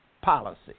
policy